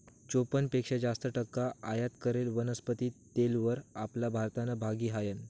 चोपन्न पेक्शा जास्त टक्का आयात करेल वनस्पती तेलवर आपला भारतनं भागी हायनं